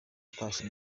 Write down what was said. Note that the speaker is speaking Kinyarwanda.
atashye